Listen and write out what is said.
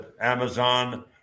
Amazon